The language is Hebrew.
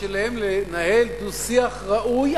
ושל היכולת שלהם לנהל דו-שיח ראוי,